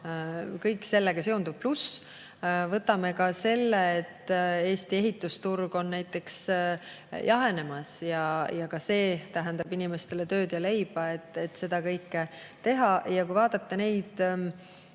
kõik sellega seonduv. Pluss võtame ka selle, et Eesti ehitusturg on näiteks jahenemas ja [rekonstrueerimine] tähendab inimestele tööd ja leiba, et seda kõike teha. Kui vaadata neid